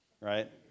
right